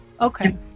Okay